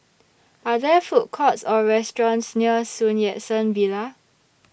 Are There Food Courts Or restaurants near Sun Yat Sen Villa